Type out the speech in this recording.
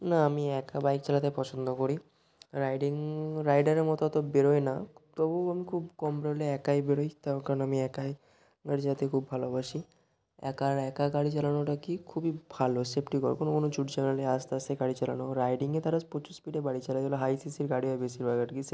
না আমি একা বাইক চালাতে পছন্দ করি রাইডিং রাইডারের মতো অতো বেরোই না তবু আমি খুব কম বেরোলে একাই বেরোই তার কারণ আমি একাই গাড়ি চালাতে খুব ভালোবাসি একা আর এক গাড়ি চালানোটা কি খুবই ভালো সেফটিকর কোনো কোনো ঝুট ঝামেলা নেই আস্তে আস্তে গাড়ি চালানো রাইডিংয়ে তারা প্রচুর স্পীডে গাড়ি চালায় যেগুলো হাই সিসির গাড়ি হয় বেশিরভাগ আরকি সে